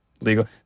legal